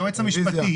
היועץ המשפטי,